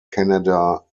canada